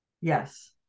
Yes